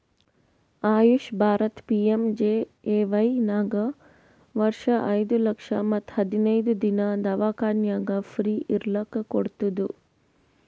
AYUSH Bharat PMJAY ನಾಗ್ ವರ್ಷ ಐಯ್ದ ಲಕ್ಷ ಮತ್ ಹದಿನೈದು ದಿನಾ ದವ್ಖಾನ್ಯಾಗ್ ಫ್ರೀ ಇರ್ಲಕ್ ಕೋಡ್ತುದ್